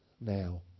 now